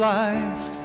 life